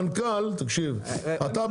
המנכ"ל אתה באת,